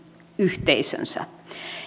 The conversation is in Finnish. lähiyhteisönsä